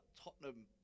Tottenham